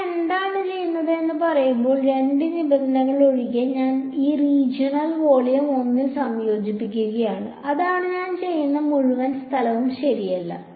ഞാൻ എന്താണ് ചെയ്യുന്നത് എന്ന് പറയുമ്പോൾ രണ്ട് നിബന്ധനകളൊഴികെ ഞാൻ ഈ റീജിയൻ വോളിയം 1 ൽ സംയോജിപ്പിക്കുകയാണ് അതാണ് ഞാൻ ചെയ്യുന്നത് മുഴുവൻ സ്ഥലവും ശരിയല്ല